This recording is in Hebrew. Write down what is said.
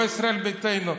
לא ישראל ביתנו,